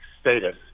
status